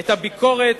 את הביקורת